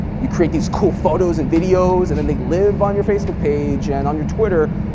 you create these cool photos and videos, and then they live on your facebook page and on your twitter,